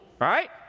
right